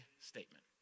statement